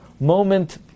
moment